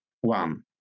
one